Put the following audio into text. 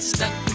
Stuck